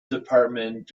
department